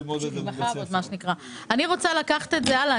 אני רוצה לקחת את זה הלאה,